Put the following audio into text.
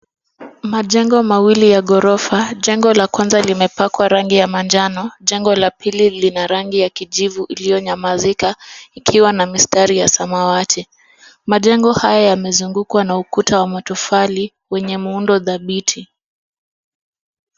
Majengo mawili ya ghorofa, jengo la kwanza limepakwa rangi ya manjano, jengo la pili lina rangi ya kijivu iliyonyamazika ikiwa na mistari ya samawati. Majengo haya yamezungukwa na ukuta wa matofali wenye muundo dhabiti.